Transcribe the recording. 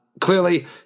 clearly